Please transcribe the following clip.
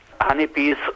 Honeybees